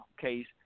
case